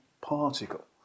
particle